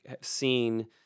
seen